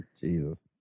Jesus